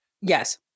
Yes